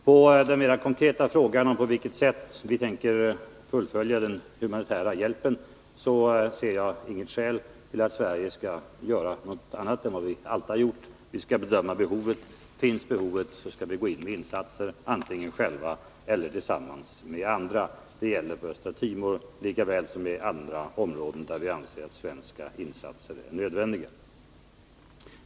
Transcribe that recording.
På den mer konkreta frågan om på vilket sätt vi tänker fullfölja den humanitära hjälpen vill jag svara att jag ser inget skäl till att Sverige skall göra något annat än vad vi alltid har gjort. Vi skall bedöma behovet; finns behovet skall vi gå in med insatser — antingen själva eller tillsammans med andra. Det gäller för Östra Timor lika väl som för andra områden där vi anser att svenska insatser är nödvändiga.